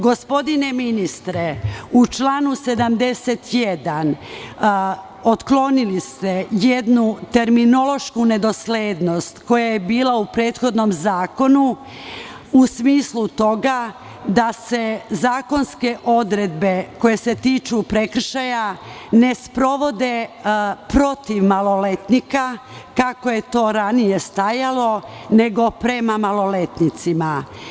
Gospodine ministre, u članu 71. otklonili ste jednu terminološku nedoslednost koja je bila u prethodnom zakonu, u smislu toga da se zakonske odredbe koje se tiču prekršaja ne sprovode protiv maloletnika, kako je to ranije stajalo, nego prema maloletnicima.